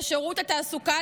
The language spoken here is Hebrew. לשירות התעסוקה,